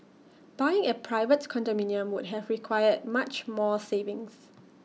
buying A private condominium would have required much more savings